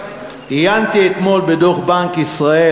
עיינתי אתמול בדוח בנק ישראל,